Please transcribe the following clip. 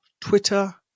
Twitter